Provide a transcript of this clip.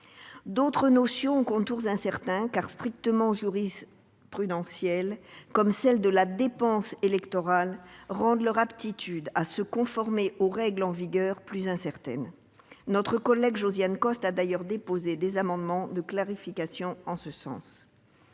D'autres notions, aux contours mal définis, car strictement jurisprudentiels, comme celle de « dépense électorale », rendent plus incertaine leur aptitude à se conformer aux règles en vigueur. Notre collègue Josiane Costes a d'ailleurs déposé des amendements de clarification en ce sens.